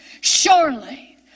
Surely